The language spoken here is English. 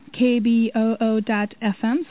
kboo.fm